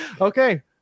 Okay